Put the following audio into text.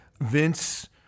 Vince